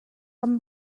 kan